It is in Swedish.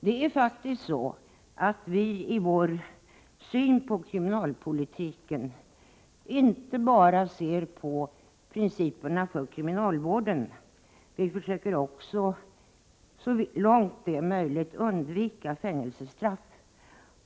Det är faktiskt så, att vi när det gäller kriminalpolitiken inte bara ser till principerna för kriminalvården. Vi försöker också, så långt det är möjligt, undvika fängelsestraff.